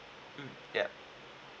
mm ya